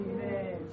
Amen